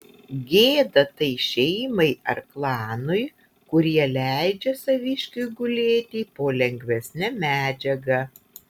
gėda tai šeimai ar klanui kurie leidžia saviškiui gulėti po lengvesne medžiaga